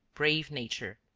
brave nature.